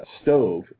stove